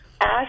ask